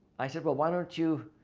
i said, well, why don't you